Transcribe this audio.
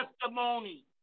testimony